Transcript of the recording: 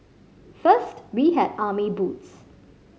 first we had army boots